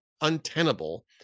untenable